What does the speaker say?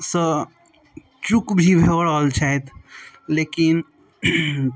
सँ क्विक भी भऽ रहल छथि लेकिन